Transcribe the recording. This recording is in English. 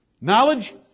Knowledge